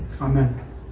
amen